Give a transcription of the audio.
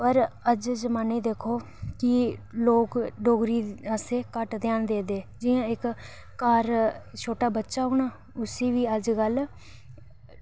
पर अज्ज दे जमानै च दिक्खो कि लोग डोगरी घट्ट ध्यान देआ दे जि'यां इक्क घर छोटा बच्चा होना उसी बी अज्जकल